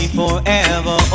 forever